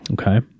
Okay